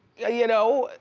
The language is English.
yeah you know?